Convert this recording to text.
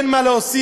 אין מה להוסיף,